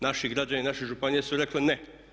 Naši građani, naše županije su rekle ne.